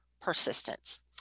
persistence